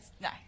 No